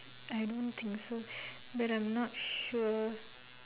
I don't think so but I'm not sure